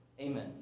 Amen